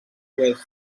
oest